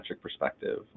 perspective